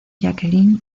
jacqueline